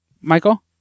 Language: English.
Michael